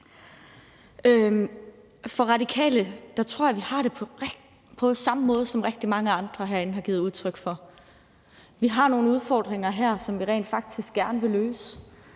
I Radikale Venstre tror jeg vi har det på samme måde, som rigtig mange andre herinde har givet udtryk for. Vi har nogle udfordringer her, som vi rent faktisk gerne vil løse,